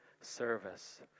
service